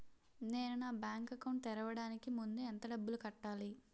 నేను నా bank account తెరవడానికి ముందు ఎంత డబ్బులు కట్టాలి?